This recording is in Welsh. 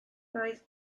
roedd